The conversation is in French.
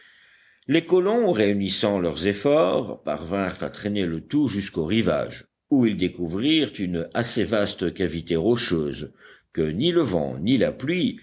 les colons réunissant leurs efforts parvinrent à traîner le tout jusqu'au rivage où ils découvrirent une assez vaste cavité rocheuse que ni le vent ni la pluie